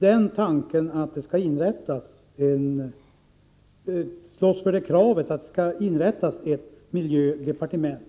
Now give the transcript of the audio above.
kravet att det skall inrättas ett miljödepartement.